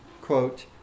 quote